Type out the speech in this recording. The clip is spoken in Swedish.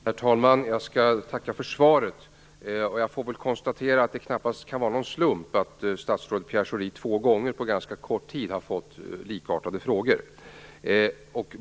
Herr talman! Jag får tacka för svaret. Jag konstaterar att det knappast kan vara någon slump att statsrådet Pierre Schori två gånger på ganska kort tid har fått likartade frågor.